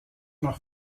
noch